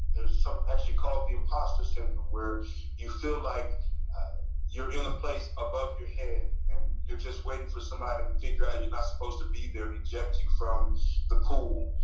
there's something actually called the impostor syndrome. where you feel like you're in the place above your head, and you're just waiting for somebody to figure out you're not supposed to be there, reject you from the pool.